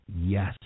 Yes